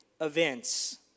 events